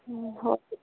ꯎꯝ ꯍꯣꯏ